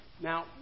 Now